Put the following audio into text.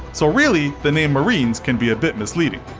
so really, the name marines can be a bit misleading.